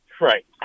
Right